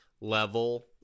level